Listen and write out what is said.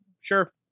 sure